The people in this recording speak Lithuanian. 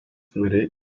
nariai